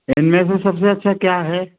इनमें से सबसे अच्छा क्या है